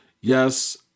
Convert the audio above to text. yes